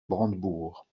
brandebourgs